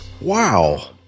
Wow